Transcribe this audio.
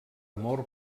amor